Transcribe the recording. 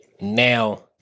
now